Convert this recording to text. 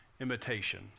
Imitation